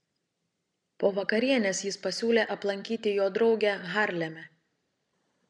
po vakarienės jis pasiūlė aplankyti jo draugę harleme